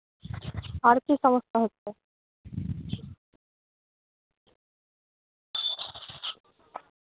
আর কী সমস্যা হচ্ছে